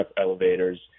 elevators